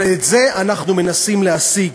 אבל את זה אנחנו מנסים להשיג.